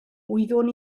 wyddwn